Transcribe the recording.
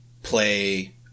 Play